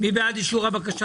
מי בעד אישור הבקשה?